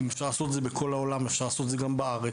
אם צריך לעשות את זה בכל העולם אפשר לעשות את זה גם בארץ.